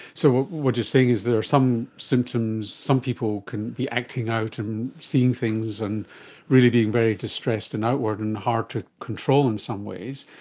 so what you're saying is there are some symptoms, some people can be acting out and seeing things and really being very distressed and outward and hard to control in some ways,